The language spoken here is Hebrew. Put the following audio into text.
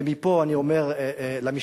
ומפה אני אומר למשפחות: